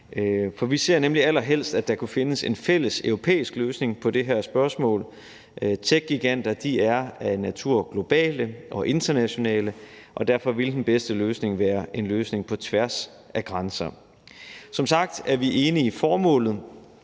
For vi ser nemlig allerhelst, at der kunne findes en fælles europæisk løsning på det her spørgsmål. Techgiganter er af natur globale og internationale, og derfor ville den bedste løsning være en løsning på tværs af grænser. Som sagt er vi enige i formålet: